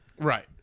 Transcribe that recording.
Right